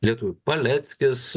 lietuvių paleckis